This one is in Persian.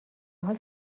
حال